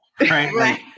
Right